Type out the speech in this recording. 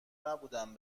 نبودم